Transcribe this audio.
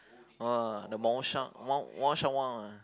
!wah! the Mao-Shan Mao Mao-Shan-Wang